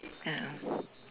ya